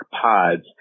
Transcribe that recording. pods